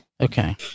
Okay